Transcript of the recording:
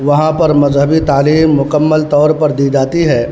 وہاں پر مذہبی تعلیم مکمل طور پر دی جاتی ہے